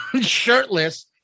shirtless